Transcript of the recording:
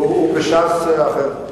הוא בש"ס אחר.